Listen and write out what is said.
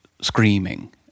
screaming